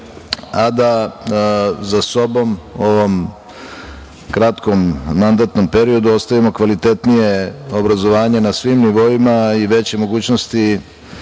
a da za sobom u ovom kratkom mandatnom periodu ostavimo kvalitetnije obrazovanje na svim nivoima i veće mogućnosti